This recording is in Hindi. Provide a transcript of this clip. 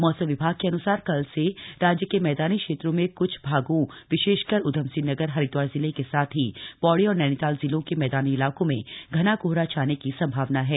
मौसम विभाग के अनुसार कल से राज्य के मैदानी क्षेत्रों के कुछ भागों विशेषकर उधमसिंह नगर हरिद्वार जिले के साथ ही पौड़ी और नैनीताल जिलों के मैदानी इलाकों में घना कोहरा छाने की संभावना है